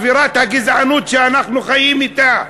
אווירת הגזענות שאנחנו חיים אתה?